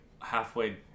halfway